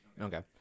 Okay